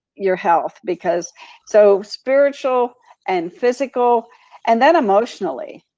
your health because so spiritual and physical and then emotionally.